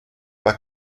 pas